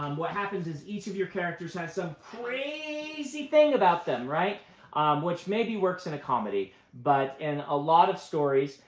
um what happens is each of your characters have some crazy thing about them, which maybe works in a comedy. but in a lot of stories,